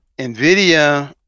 Nvidia